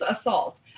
assault